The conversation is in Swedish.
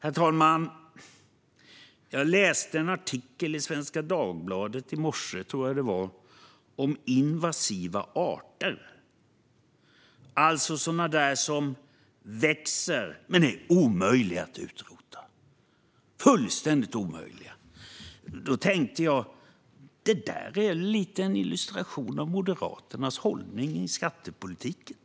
Herr talman! Jag läste en artikel i Svenska Dagbladet - i morse, tror jag att det var - om invasiva arter, alltså sådana som växer men är omöjliga att utrota. Fullständigt omöjliga! Då tänkte jag: Det där är en liten illustration av Moderaternas hållning i skattepolitiken.